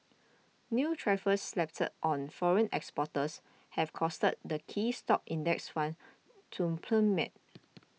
new tariffs slapped on foreign exporters have caused the key stock index funds to plummet